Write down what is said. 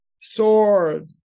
sword